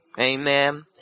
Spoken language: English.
Amen